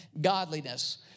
godliness